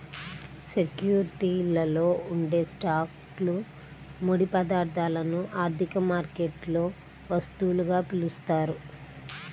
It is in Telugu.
సెక్యూరిటీలలో ఉండే స్టాక్లు, ముడి పదార్థాలను ఆర్థిక మార్కెట్లలో వస్తువులుగా పిలుస్తారు